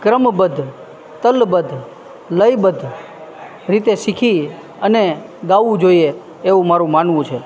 ક્રમબદ્ધ તાલબદ્ધ લયબદ્ધ રીતે શીખી અને ગાવું જોઈએ એવું મારું માનવું છે